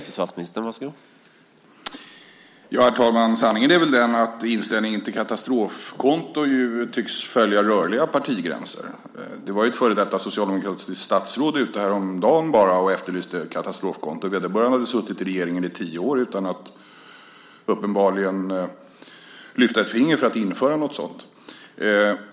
Herr talman! Sanningen är väl den att inställningen till ett katastrofkonto tycks följa rörliga partigränser. Ett före detta socialdemokratiskt statsråd var så sent som häromdagen ute och efterlyste ett katastrofkonto. Men vederbörande hade suttit med i regeringen i tio år uppenbarligen utan att lyfta ett finger för att införa någonting sådant.